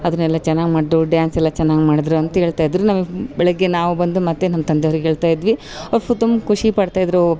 ಅದನ್ನೇಲ್ಲ ಚೆನ್ನಾಗ್ ಮಾಡ್ದು ಡ್ಯಾನ್ಸೆಲ್ಲ ಚೆನ್ನಾಗ್ ಮಾಡಿದ್ರು ಅಂತೆಳ್ತಾಯಿದ್ರು ನಮಗ್ ಬೆಳಗ್ಗೆ ನಾವು ಬಂದು ಮತ್ತು ನಮ್ಮ ತಂದೆಯವ್ರಿಗೆ ಹೇಳ್ತಾಯಿದ್ವಿ ಅವ್ರು ಫು ತುಂಬ ಖುಷಿ ಪಡ್ತಾಯಿದ್ರು